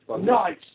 Nice